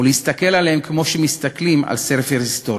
ולהסתכל עליהם כמו שמסתכלים על ספר היסטורי.